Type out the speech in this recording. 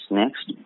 next